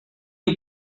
you